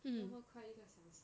嗯会一个 essence